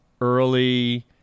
early